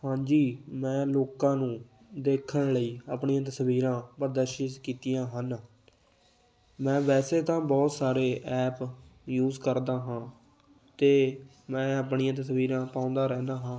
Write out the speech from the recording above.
ਹਾਂਜੀ ਮੈਂ ਲੋਕਾਂ ਨੂੰ ਦੇਖਣ ਲਈ ਆਪਣੀਆਂ ਤਸਵੀਰਾਂ ਪ੍ਰਦਰਸ਼ਿਤ ਕੀਤੀਆਂ ਹਨ ਮੈਂ ਵੈਸੇ ਤਾਂ ਬਹੁਤ ਸਾਰੇ ਐਪ ਯੂਸ ਕਰਦਾ ਹਾਂ ਅਤੇ ਮੈਂ ਆਪਣੀਆਂ ਤਸਵੀਰਾਂ ਪਾਉਂਦਾ ਰਹਿੰਦਾ ਹਾਂ